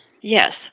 Yes